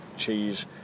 cheese